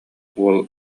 уол